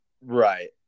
Right